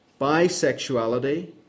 Bisexuality